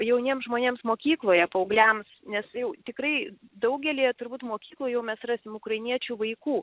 jauniems žmonėms mokykloje paaugliams nes jau tikrai daugelyje turbūt mokyklų jau mes rasim ukrainiečių vaikų